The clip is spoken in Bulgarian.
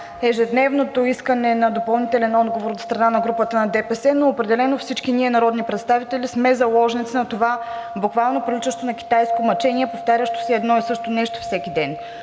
ежедневното искане на допълнителен отговор от страна на групата на ДПС, но определено всички ние, народните представители, сме заложници на това буквално приличащо на китайско мъчение, повтарящо се едно и също нещо всеки ден.